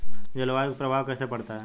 जलवायु का प्रभाव कैसे पड़ता है?